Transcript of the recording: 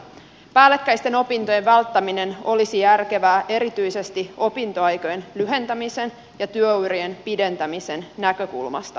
päällekkäisten opintojen välttäminen olisi järkevää erityisesti opintoaikojen lyhentämisen ja työurien pidentämisen näkökulmasta